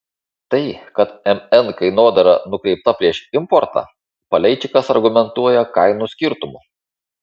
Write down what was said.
tai kad mn kainodara nukreipta prieš importą paleičikas argumentuoja kainų skirtumu